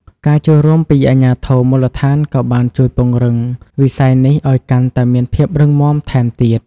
ការចូលរួមពីអាជ្ញាធរមូលដ្ឋានក៏បានជួយពង្រឹងវិស័យនេះឲ្យកាន់តែមានភាពរឹងមាំថែមទៀត។